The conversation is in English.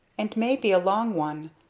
and may be a long one,